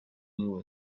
knew